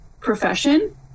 profession